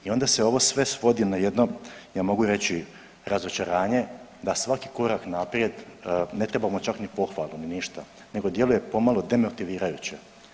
I onda se ovo sve svodi na jedno ja mogu reći razočaranje da svaki korak naprijed, ne trebamo čak ni pohvalu, ni ništa nego djeluje pomalo demotivirajuće.